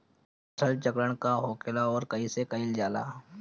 फसल चक्रण का होखेला और कईसे कईल जाला?